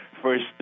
first